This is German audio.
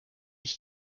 ich